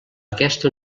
aquesta